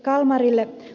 kalmarille